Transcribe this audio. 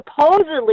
supposedly